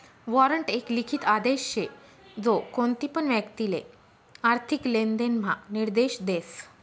warrant एक लिखित आदेश शे जो कोणतीपण व्यक्तिले आर्थिक लेनदेण म्हा निर्देश देस